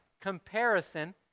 comparison